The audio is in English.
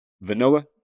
vanilla